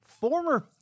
Former